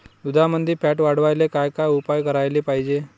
दुधामंदील फॅट वाढवायले काय काय उपाय करायले पाहिजे?